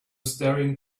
staring